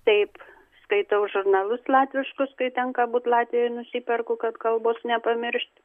taip skaitau žurnalus latviškus kai tenka būti latvijoj nusiperku kad kalbos nepamiršt